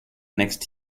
next